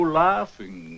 laughing